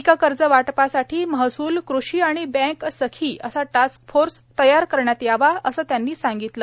पीक कर्ज वाटपासाठी महसूल कृषी आणि बँक सखी असा टास्कफोर्स तयार करण्यात यावा असे त्यांनी सांगितले